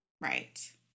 Right